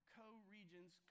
co-regents